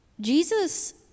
Jesus